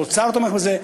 האוצר תומך בזה.